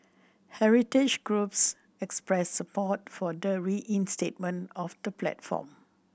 heritage groups expressed support for the reinstatement of the platform